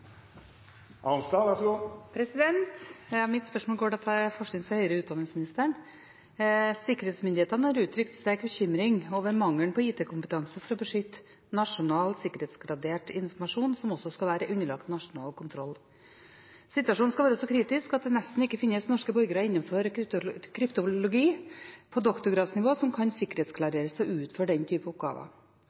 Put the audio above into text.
å beskytte nasjonal sikkerhetsgradert informasjon som skal være underlagt nasjonal kontroll. Situasjonen skal være så kritisk at det ikke finnes norske borgere innen kryptologi på doktorgradsnivå som kan sikkerhetsklareres til å utføre slike oppgaver. Hvilke konkrete tiltak har regjeringen iverksatt og planlagt for å bygge opp denne type